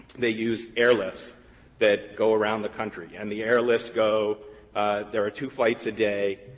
they use airlifts that go around the country and the airlifts go there are two flights a day.